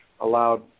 allowed